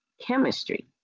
chemistry